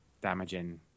damaging